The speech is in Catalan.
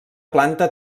planta